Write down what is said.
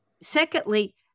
secondly